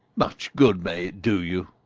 much good may it do you!